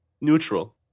neutral